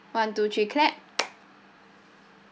one two three clap